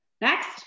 next